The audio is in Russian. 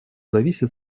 зависит